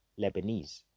Lebanese